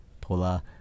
Pola